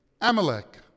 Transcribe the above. Amalek